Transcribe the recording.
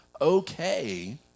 okay